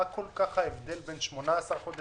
מה ההבדל בין 18 חודשים